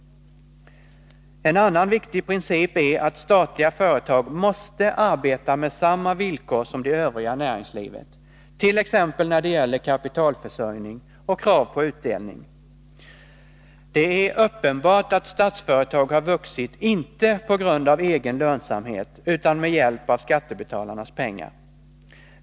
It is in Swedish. En annan viktig princip är att statliga företag måste arbeta på samma villkor som det övriga näringslivet, t.ex. när det gäller kapitalförsörjning och krav på utdelning. Det är uppenbart att Statsföretag har vuxit inte på grund av lönsamhet utan med hjälp av skattebetalarnas pengar.